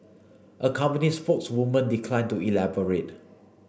a company spokeswoman declined to elaborate